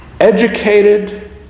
educated